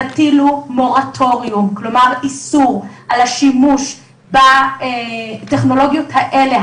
תטילו איסור על השימוש בטכנולוגיות האלה,